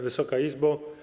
Wysoka Izbo!